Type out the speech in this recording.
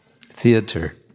theater